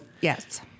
Yes